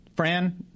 Fran